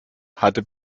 hatte